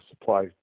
supply